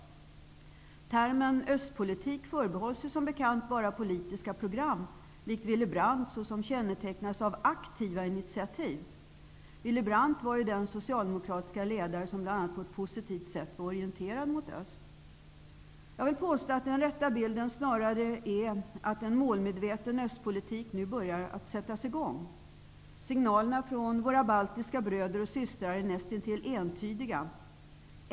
Termen östpolitik förbehålls som bekant bara politiska program, likt Willy Brandts, som kännetecknas av aktiva initiativ. Willy Brandt var ju den socialdemokratiske ledare som på ett positivt sätt var orienterad mot öst. Jag vill påstå att den rätta bilden snarare är att en målmedveten östpolitik nu börjar sättas i gång. Signalerna från våra baltiska bröder och systrar är nästintill entydiga.